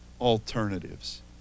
alternatives